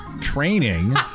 training